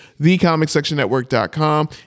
TheComicSectionNetwork.com